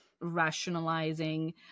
rationalizing